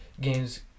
games